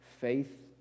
faith